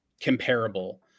comparable